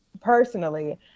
personally